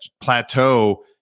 plateau